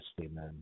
Amen